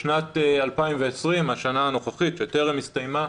בשנת 2020, השנה הנוכחית שטרם הסתיימה,